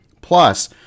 Plus